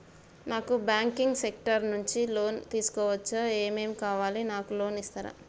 నాకు banking sector నుంచి loan తీసుకోవచ్చా? ఏమేం కావాలి? నాకు లోన్ ఇస్తారా?